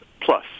plus